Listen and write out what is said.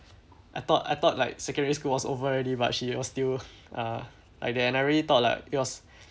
I thought I thought like secondary school was over already but she was still uh I then I really thought like it was